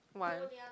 one